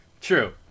True